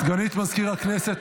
סגנית מזכיר הכנסת,